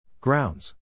Grounds